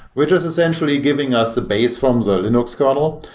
which is essentially giving us the base from the linux kernel,